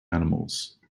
animals